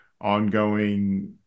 ongoing